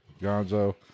Gonzo